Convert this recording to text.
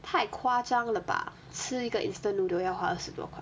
太夸张了吧吃一个 instant noodle 要花二十多块